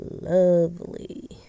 Lovely